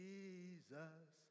Jesus